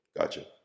Gotcha